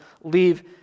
leave